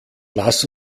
lass